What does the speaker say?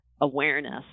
awareness